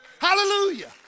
Hallelujah